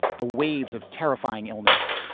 the waves of terrifying illness.